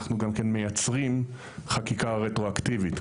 אנחנו גם כן מייצרים חקיקה רטרואקטיבית,